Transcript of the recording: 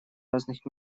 разных